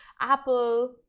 apple